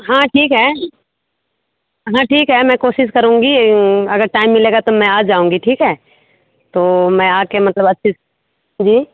हाँ ठीक है हाँ ठीक है मैं कोशिश करूँगी अगर टाइम मिलेगा तब मैं आ जाऊँगी ठीक है तो मैं आ कर मतलब अच्छे से जी